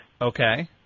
Okay